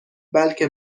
بلکه